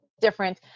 different